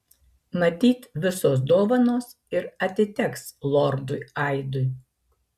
matyt visos dovanos ir atiteks lordui aidui